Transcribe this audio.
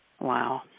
Wow